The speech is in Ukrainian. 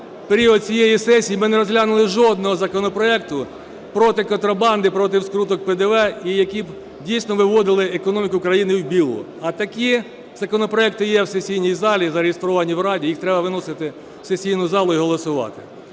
період цієї сесії ми не розглянули жодного законопроекту проти контрабанди, проти скруток ПДВ, і які б дійсно виводили економіку країни "в білу". А такі законопроекти є в сесійній залі, зареєстровані в Раді, їх треба виносити в сесійну залу і голосувати.